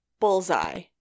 Bullseye